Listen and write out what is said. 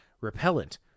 repellent